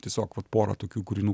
tiesiog vat porą tokių kūrinių